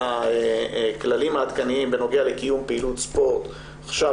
הכללים העדכניים בנוגע לקיום פעילות ספורט עכשיו,